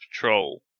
patrol